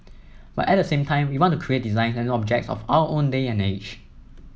but at the same time we want to create designs and objects of our own day and age